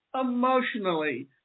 emotionally